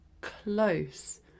close